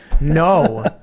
No